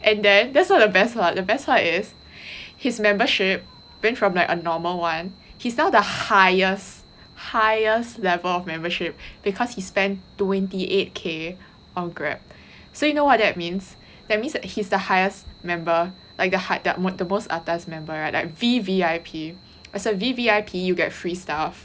and then that's not the best part the best part is his membership being from like a normal one he's now the highest highest level of membership because he spent twenty eight k on Grab so you know what that means that means that he's the highest member like the high~ the most atas member [right] like V_V_I_P as a V_V_I_P you get free stuff